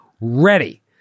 ready